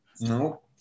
No